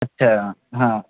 اچھا ہاں